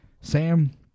Sam